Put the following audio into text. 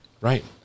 Right